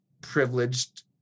privileged